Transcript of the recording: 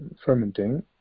fermenting